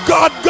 God